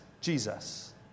Jesus